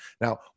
Now